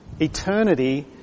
Eternity